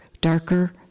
darker